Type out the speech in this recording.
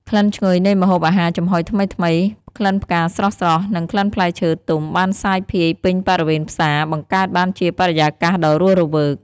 ក្លិនឈ្ងុយនៃម្ហូបអាហារចំហុយថ្មីៗ ក្លិនផ្កាស្រស់ៗ និងក្លិនផ្លែឈើទុំ បានសាយភាយពេញបរិវេណផ្សារ បង្កើតបានជាបរិយាកាសដ៏រស់រវើក។